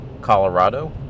Colorado